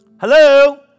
Hello